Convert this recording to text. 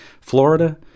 Florida